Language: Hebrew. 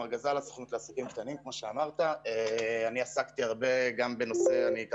לגבי סוגים של הוצאות מסוימות כדי שהם יכניסו אותם לתוך